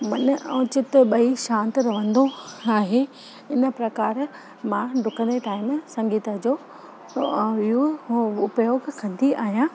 त मनु ऐं चित्त ॿई शांति रहंदो आहे इन प्रकार मां डुकण जे टाइम संगीत जो इहो उपयोग कंदी आहियां